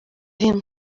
wiem